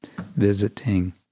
visiting